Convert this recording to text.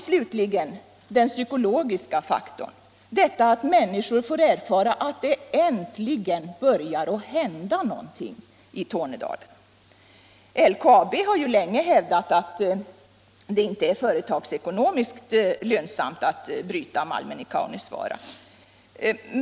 Slutligen har vi den psykologiska faktorn, detta att människor får erfara att det äntligen börjar hända någonting i Tornedalen. LKAB har ju länge hävdat att det inte är företagsekonomiskt lönsamt att bryta malmen i Kaunisvaara.